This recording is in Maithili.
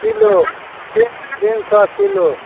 किलो तीन सए किलो